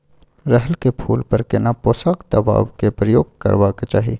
रहर के फूल पर केना पोषक दबाय के प्रयोग करबाक चाही?